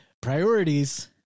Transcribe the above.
priorities